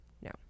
No